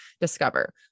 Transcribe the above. Discover